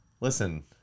Listen